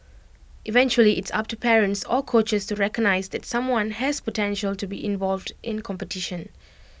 eventually it's up to parents or coaches to recognise that someone has potential to be involved in competition